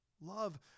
Love